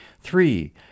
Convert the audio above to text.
Three